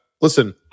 listen